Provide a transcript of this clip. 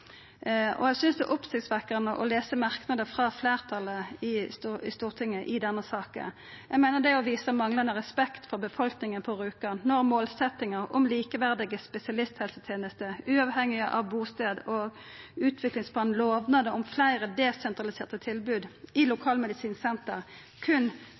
viljen. Eg synest det er oppsiktsvekkjande å lesa merknader frå fleirtalet i Stortinget i denne saka. Eg meiner det er å visa manglande respekt for befolkninga på Rjukan når målsetjinga om likeverdige spesialisthelsetenester, uavhengig av bustad og utviklingsplanens lovnader om fleire desentraliserte tilbod i